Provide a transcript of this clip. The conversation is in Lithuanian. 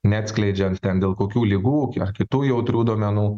neatskleidžiant ten dėl kokių ligų ar kitų jautrių duomenų